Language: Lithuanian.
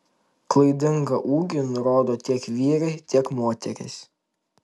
klaidingą ūgį nurodo tiek vyrai tiek moterys